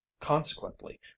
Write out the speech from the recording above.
consequently